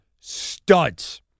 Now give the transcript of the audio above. Studs